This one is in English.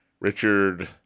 Richard